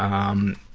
um,